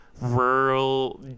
rural